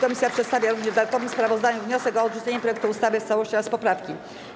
Komisja przedstawia również w dodatkowym sprawozdaniu wniosek o odrzucenie projektu ustawy w całości oraz poprawki.